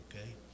okay